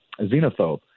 xenophobe